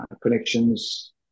connections